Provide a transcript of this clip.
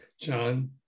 John